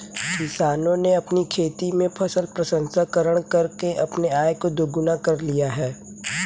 किसानों ने अपनी खेती में फसल प्रसंस्करण करके अपनी आय को दुगना कर लिया है